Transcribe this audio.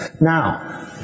Now